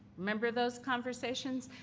remember those conversations?